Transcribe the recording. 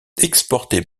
exporté